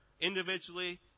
individually